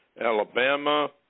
Alabama